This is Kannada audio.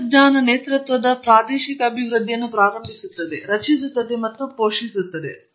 ತಂತ್ರಜ್ಞಾನ ನೇತೃತ್ವದ ಪ್ರಾದೇಶಿಕ ಅಭಿವೃದ್ಧಿಯನ್ನು ಪ್ರಾರಂಭಿಸುತ್ತದೆ ಮತ್ತು ಡ್ರೈವ್ಗಳನ್ನು ರಚಿಸುತ್ತದೆ ಮತ್ತು ಪೋಷಿಸುತ್ತದೆ